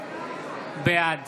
בעד